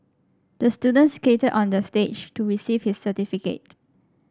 the student skated onto the stage to receive his certificate